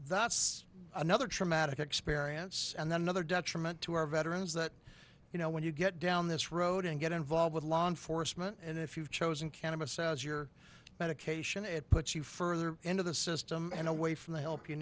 that's another traumatic experience and then another detriment to our veterans that you know when you get down this road and get involved with law enforcement and if you've chosen cannabis as your medication it puts you further into the system and away from the help you